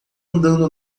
andando